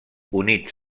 units